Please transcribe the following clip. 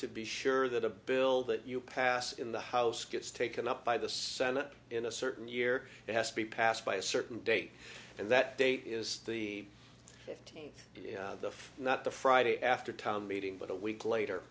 to be sure that a bill that you pass in the house gets taken up by the senate in a certain year it has to be passed by a certain date and that date is the fifteenth not the friday after town meeting but a week later